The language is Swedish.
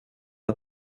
att